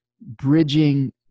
Bridging